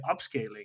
upscaling